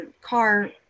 car